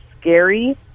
scary